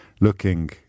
looking